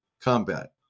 combat